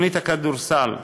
תוכנית הכדורסל,